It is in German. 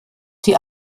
die